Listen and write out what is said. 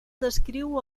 descriu